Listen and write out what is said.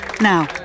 now